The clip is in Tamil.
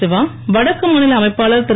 சிவா வடக்கு மாநில அமைப்பாளர் திரு